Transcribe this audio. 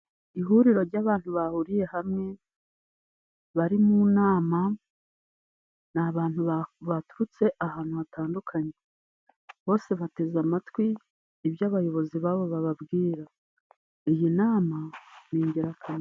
Ihuriro ry'abantu bahuriye hamwe bari mu nama, ni abantu baturutse ahantu hatandukanye. Bose bateze amatwi ibyo abayobozi ba bo bababwira, iyi nama ni ingirakamaro.